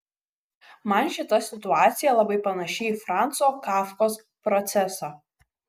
man šita situacija labai panaši į franco kafkos procesą